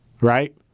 Right